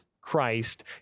Christ